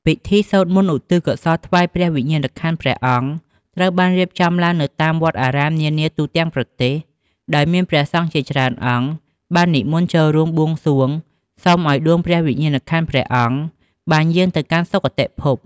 ពិធីសូត្រមន្តឧទ្ទិសកុសលថ្វាយព្រះវិញ្ញាណក្ខន្ធព្រះអង្គ ត្រូវបានរៀបចំឡើងនៅតាមវត្តអារាមនានាទូទាំងប្រទេស ដោយមានព្រះសង្ឃជាច្រើនអង្គបាននិមន្តចូលរួមបួងសួងសុំឱ្យដួងព្រះវិញ្ញាណក្ខន្ធព្រះអង្គបានយាងទៅកាន់សុគតិភព។